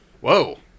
Whoa